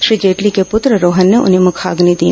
श्री जेटली के पत्र रोहन ने उन्हें मुखाग्नि दी